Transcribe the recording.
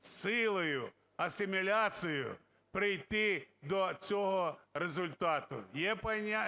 силою, асиміляцією прийти до цього результату.